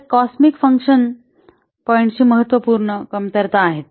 तर याकॉस्मिक फंक्शन पॉइंट्सची महत्त्वपूर्ण कमतरता आहेत